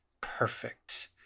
perfect